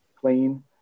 clean